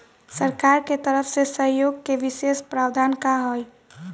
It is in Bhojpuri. सरकार के तरफ से सहयोग के विशेष प्रावधान का हई?